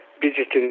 visited